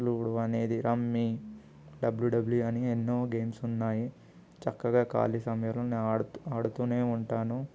ludo అనేది rummy WWE అని ఎన్నో గేమ్స్ ఉన్నాయి చక్కగా ఖాళీ సమయంలో నేను ఆడు ఆడుతూనే ఉంటాను